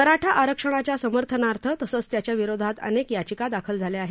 मराठा आरक्षणाच्या समर्थनार्थ तसंच त्याच्याविरोधात अनेक याचिका दाखल झाल्या आहेत